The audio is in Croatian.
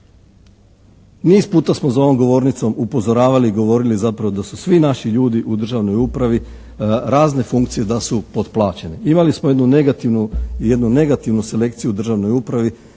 Niz puta smo za ovom govornicom upozoravali i govorili zapravo da su svi naši ljudi u državnoj upravi, razne funkcije da su potplaćene. Imali smo jednu negativnu selekciju u državnoj upravi,